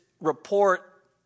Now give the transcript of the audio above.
report